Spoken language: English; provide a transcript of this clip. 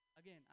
Again